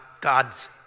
God's